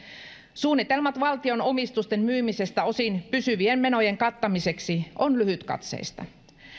suunnitelmat valtion omistusten myymisestä osin pysyvien menojen kattamiseksi on lyhytkatseista